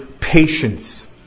patience